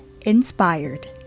inspired